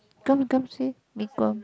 come come say mee-kuah